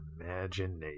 imagination